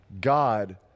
God